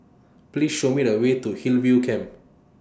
Please Show Me The Way to Hillview Camp